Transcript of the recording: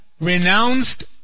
renounced